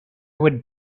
would